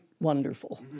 wonderful